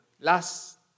last